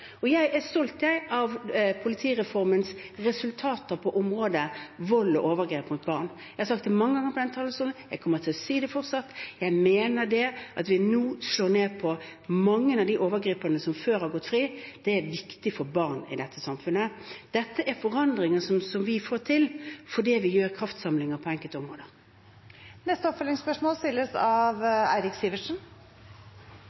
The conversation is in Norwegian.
Jeg er stolt, jeg, av politireformens resultater på området vold og overgrep mot barn. Jeg har sagt det mange ganger fra denne talerstolen, og jeg kommer fortsatt til å si det: Jeg mener at vi nå slår ned på mange av de overgriperne som før har gått fri. Det er viktig for barn i dette samfunnet. Dette er forandringer som vi får til fordi vi gjør en kraftsamling på enkelte områder. Eirik Sivertsen – til oppfølgingsspørsmål. En del av